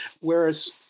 Whereas